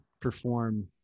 perform